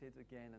again